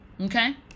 Okay